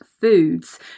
foods